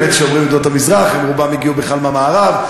באמת כשאומרים "עדות המזרח" רובם הגיעו בכלל מהמערב.